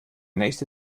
nächste